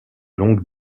longue